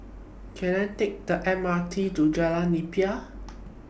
Can I Take The M R T to Jalan Nipah